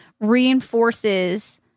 reinforces